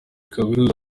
kaminuza